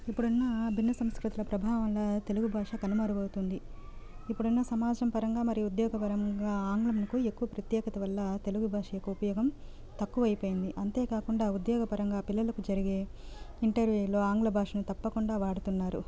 ఇప్పుడున్న భిన్న సంస్కృతుల ప్రభావం వల్ల తెలుగు భాష కనుమరుగవుతుంది ఇప్పుడున్న సమాజం పరంగా మరియు ఉద్యోగ పరంగా ఆంగ్లంనకు ఎక్కువ ప్రత్యేకత వల్ల తెలుగు భాష యొక్క ఉపయోగం తక్కువైపోయింది అంతేకాకుండా ఉద్యోగ పరంగా పిల్లలకి జరిగే ఇంటర్వ్యూలో ఆంగ్ల భాషని తప్పకుండా వాడుతున్నారు